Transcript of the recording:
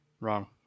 Wrong